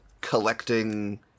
collecting